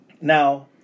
Now